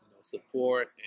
support